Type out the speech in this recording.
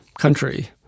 country